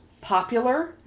popular